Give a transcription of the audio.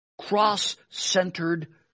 cross-centered